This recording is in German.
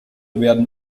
werden